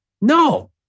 No